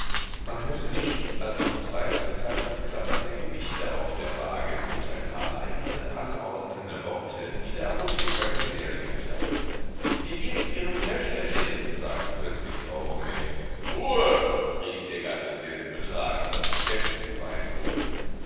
man hörte nichts als von zeit zu zeit das klappern der gewichte auf der wage und ein paar leise anordnende worte die der apotheker dem lehrling erteilte wie gehts ihrem töchterchen fragte plötzlich frau homais ruhe rief ihr gatte der den betrag in das geschäftsbuch eintrug